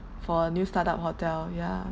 for a new startup hotel ya